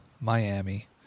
Miami